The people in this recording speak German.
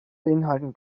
beinhalten